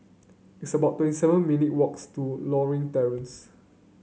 it's about twenty seven minute walks to Lothian Terrace